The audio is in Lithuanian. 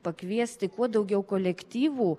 pakviesti kuo daugiau kolektyvų